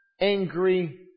angry